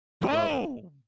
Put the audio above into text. Boom